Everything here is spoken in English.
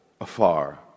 afar